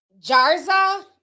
Jarza